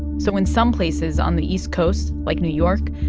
so in some places on the east coast, like new york,